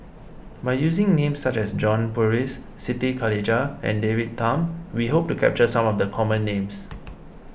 by using names such as John Purvis Siti Khalijah and David Tham we hope to capture some of the common names